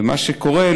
ומה שקורה,